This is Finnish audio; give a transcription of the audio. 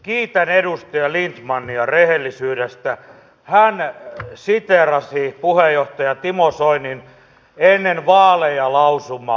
kiitän edustaja lindtmania rehellisyydestä hän siteerasi puheenjohtaja timo soinin ennen vaaleja lausumaa